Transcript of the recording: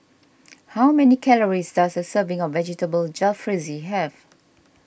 how many calories does a serving of Vegetable Jalfrezi have